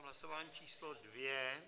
Hlasování číslo 2.